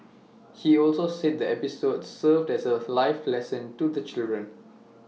he also said the episode served as A life lesson to the children